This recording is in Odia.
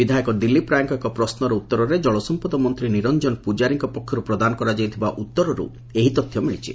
ବିଧାୟକ ଦିଲ୍ବୀପ ରାୟଙ୍କ ଏକ ପ୍ରଶ୍ୱର ଉତ୍ତରେ ଜଳସମ୍ମଦ ମନ୍ତୀ ନିରଞ୍ଚନ ପୂଜାରୀଙ୍କ ପକ୍ଷରୁ ପ୍ରଦାନ କରାଯାଇଥିବା ଉତ୍ତରର୍ ଏହି ତଥ୍ୟ ମିଳିଛି